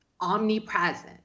omnipresent